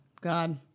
God